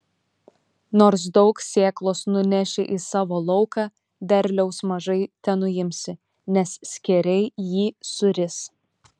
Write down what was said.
nors daug sėklos nuneši į savo lauką derliaus mažai tenuimsi nes skėriai jį suris